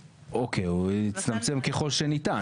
אוקי, הוא יצטמצם ככל שניתן.